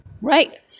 right